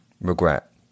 regret